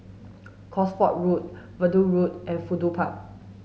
Cosford Road Verdun Road and Fudu Park